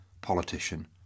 politician